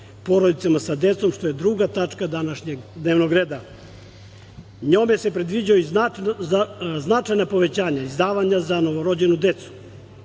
porodicama sa decom, što je druga tačka današnjeg dnevnog reda. Njome se predviđa značajno povećanje izdvajanja za novorođenu decu.